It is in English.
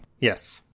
Yes